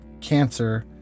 cancer